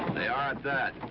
they are at that.